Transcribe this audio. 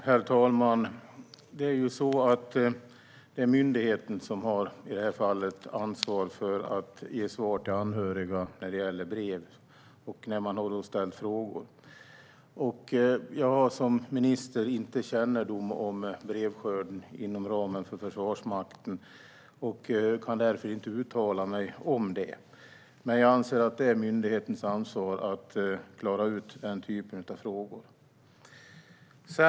Herr talman! Det är myndigheten som i det här fallet har ansvar för att ge svar till anhöriga när det gäller brev och när man har ställt frågor. Jag har som minister inte kännedom om brevskörden inom ramen för Försvarsmakten och kan därför inte uttala mig om detta. Jag anser att det är myndighetens ansvar att klara ut denna typ av frågor.